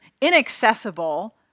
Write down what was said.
inaccessible